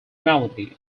melody